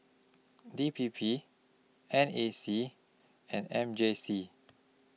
D P P N A C and M J C